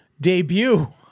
debut